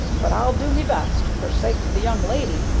but i'll do me best, for sake of the young lady,